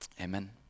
Amen